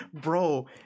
Bro